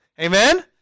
Amen